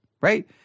right